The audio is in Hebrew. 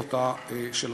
ומותה של השוטרת,